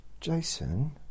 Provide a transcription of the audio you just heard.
Jason